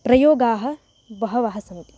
प्रयोगाः बहवः सन्ति